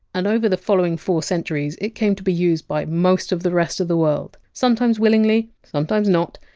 and over the following four centuries it came to be used by most of the rest of the world, sometimes willingly, sometimes not,